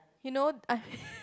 you know I